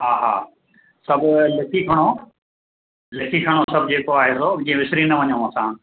हा हा सभु लिखी खणो लिखी खणो सभु जेको आयो थव जीअं विसरी न वञूं असां